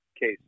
case